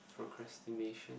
procrastination